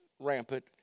rampant